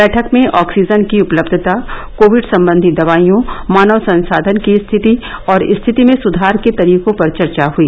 बैठक में ऑक्सीजन की उपलब्धता कोविड संबंधी दवाईयों मानव संसाधन की स्थिति और स्थिति में सुधार के तरीकों पर चर्चा हुई